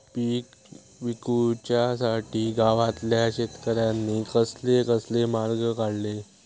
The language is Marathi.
पीक विकुच्यासाठी गावातल्या शेतकऱ्यांनी कसले कसले मार्ग काढले?